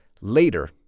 later